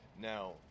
Now